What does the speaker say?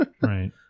Right